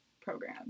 program